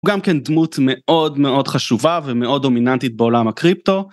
הוא גם כן דמות מאוד מאוד חשובה ומאוד דומיננטית בעולם הקריפטו.